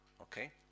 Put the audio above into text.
okay